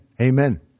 Amen